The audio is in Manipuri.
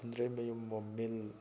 ꯐꯨꯟꯗ꯭ꯔꯩꯃꯌꯨꯝ ꯃꯣꯃꯤꯟ